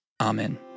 Amen